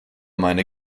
meine